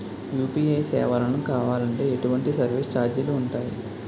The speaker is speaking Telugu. యు.పి.ఐ సేవలను కావాలి అంటే ఎటువంటి సర్విస్ ఛార్జీలు ఉంటాయి?